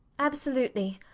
absolutely.